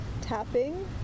tapping